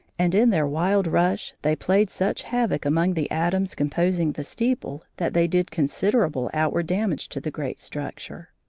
and in their wild rush they played such havoc among the atoms composing the steeple that they did considerable outward damage to the great structure.